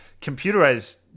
computerized